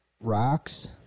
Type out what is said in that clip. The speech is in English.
rocks